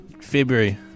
February